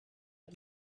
him